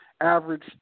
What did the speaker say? average